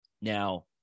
Now